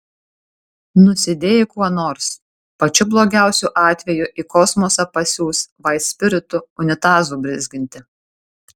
nusidėjai kuo nors pačiu blogiausiu atveju į kosmosą pasiųs vaitspiritu unitazų blizginti